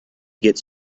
gets